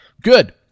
Good